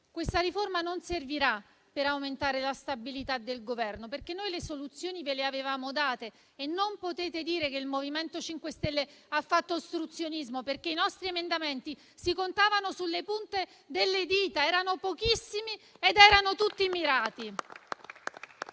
Questa riforma non servirà ad aumentare la stabilità del Governo. Vi avevamo dato le soluzioni e non potete dire che il MoVimento 5 Stelle ha fatto ostruzionismo, perché i nostri emendamenti si contavano sulle punta delle dita, erano pochissimi e tutti mirati.